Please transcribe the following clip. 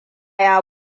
ya